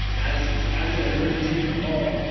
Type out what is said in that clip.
as as it emerges, you all